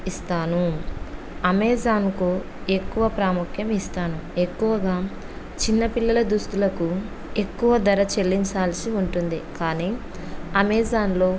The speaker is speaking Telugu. ఇస్తాను అమెజాన్ను ఎక్కువ ప్రాముఖ్యం ఇస్తాను ఎక్కువగా చిన్నపిల్లల దుస్తులకు ఎక్కువ ధర చెల్లించాల్సి ఉంటుంది కానీ అమెజాన్లో